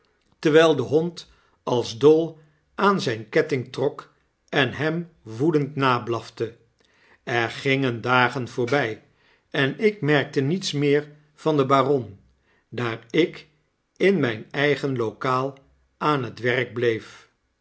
heen terwyl dehond als dol aan zyn kettmg trok en hem woedend nablafte er gingen dagen voorby en ik merkteniets meer van den baron daar ik in myn eigenlokaal aan het werk bleef